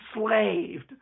enslaved